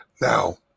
Now